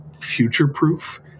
future-proof